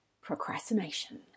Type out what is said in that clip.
procrastination